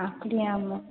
அப்படியா மேம்